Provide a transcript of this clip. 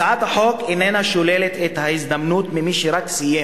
הצעת החוק איננה שוללת את ההזדמנות ממי שרק סיים